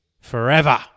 forever